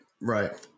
Right